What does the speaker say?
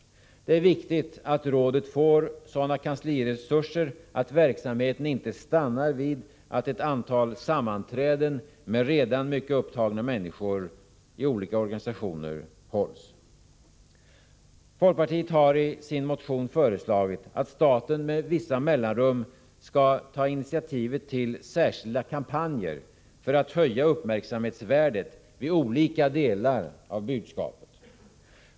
Det är viktigt att rådet får kansliresurser, så att verksamheten inte stannar vid ett antal sammanträden med redan mycket upptagna människor i olika organisationer. Folkpartiet har i sin motion föreslagit, att staten med vissa mellanrum skall ta initiativet till särskilda kampanjer för att höja uppmärksamhetsvärdet vid olika delar av budskapet.